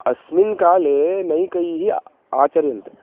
अस्मिन् काले नैकैः आचर्यन्ते